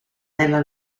nella